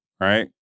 right